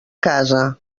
casa